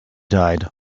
died